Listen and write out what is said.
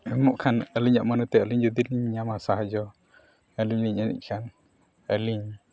ᱮᱢᱚᱜ ᱠᱷᱟᱱ ᱟᱹᱞᱤᱧᱟᱜ ᱢᱚᱱᱮᱛᱮ ᱟᱹᱞᱤᱧ ᱡᱩᱫᱤᱞᱤᱧ ᱧᱟᱢᱟ ᱥᱟᱦᱟᱡᱡᱚ ᱟᱹᱞᱤᱧᱞᱤᱧ ᱡᱟᱹᱱᱤᱡ ᱠᱷᱟᱱ ᱟᱹᱞᱤᱧ